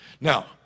Now